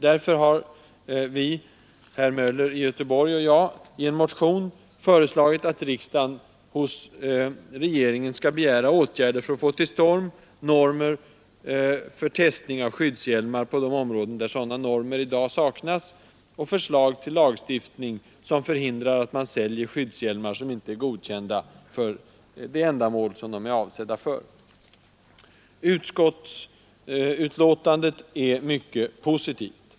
Därför har herr Möller i Göteborg och jag i en motion föreslagit att riksdagen hos regeringen skall begära åtgärder för att få till stånd normer för testning av skyddshjälmar, på de områden där sådana normer i dag saknas, och förslag till lagstiftning, som förhindrar att man säljer skyddshjälmar som inte är godkända för det ändamål de är avsedda för. Utskottsbetänkandet är mycket positivt.